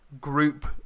group